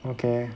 okay